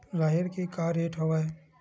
राहेर के का रेट हवय?